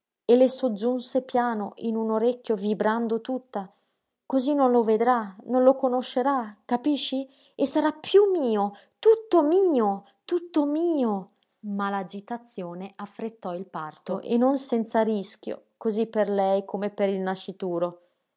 e le soggiunse piano in un orecchio vibrando tutta cosí non lo vedrà non lo conoscerà capisci e sarà piú mio tutto mio tutto mio ma l'agitazione affrettò il parto e non senza rischio cosí per lei come per il nascituro